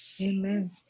amen